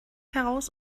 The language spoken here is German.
heraus